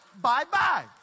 Bye-bye